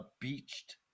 beached